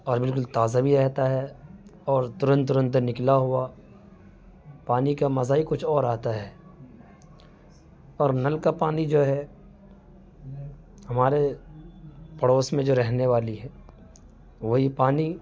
اور بالکل تازہ بھی رہتا ہے اور ترنت ترنت نکلا ہوا پانی کا مزہ ہی کچھ اور آتا ہے اور نل کا پانی جو ہے ہمارے پڑوس میں جو رہنے والی ہے وہی پانی